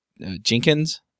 Jenkins